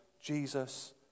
Jesus